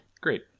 Great